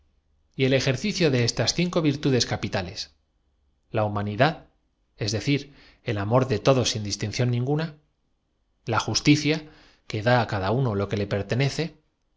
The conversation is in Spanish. y el ejercicio de estas cinco como consecuencia virtudes capitales la humanidad es decir el amor esta moral fué la que dominó en las clases ilustra de todos sin distinción ninguna la justicia que da á das cuyos sectarios hostiles á los preceptos oscuran cada uno lo que le pertenece